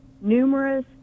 numerous